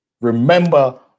Remember